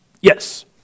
Yes